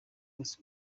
bose